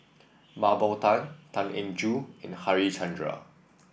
Mah Bow Tan Tan Eng Joo and Harichandra